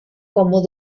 como